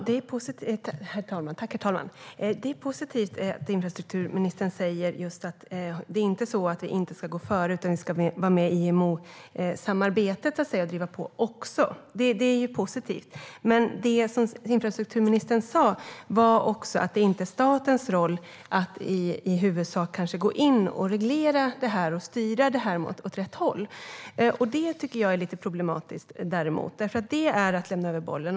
Herr talman! Det är positivt att infrastrukturministern säger att det inte är på det sättet att vi inte ska gå före utan att vi även ska vara med och driva på i IMO-samarbetet. Men infrastrukturministern sa också att det inte är statens roll att i huvudsak gå in och reglera och styra detta åt rätt håll. Det är lite problematiskt. Då lämnar man nämligen över bollen.